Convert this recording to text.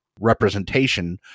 representation